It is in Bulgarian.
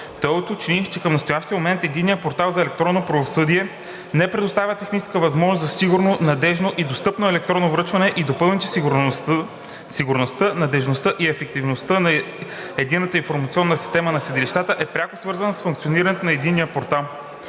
Той уточни, че към настоящия момент Единният портал за електронно правосъдие не предоставя техническа възможност за сигурно, надеждно и достъпно електронно връчване и допълни, че сигурността, надеждността и ефективността на Единната информационна система на съдилищата е пряко свързана с функционирането на Единния портал.